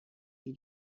die